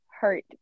hurt